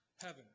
heaven